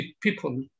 people